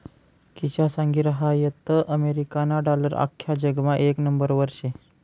किशा सांगी रहायंता अमेरिकाना डालर आख्खा जगमा येक नंबरवर शे